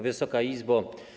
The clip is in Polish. Wysoka Izbo!